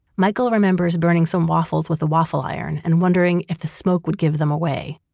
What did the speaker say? michael remembers burning some waffles with a waffle iron and wondering if the smoke would give them away.